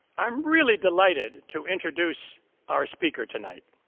i'm really delighted to introduce our speaker tonight.